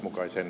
kannatan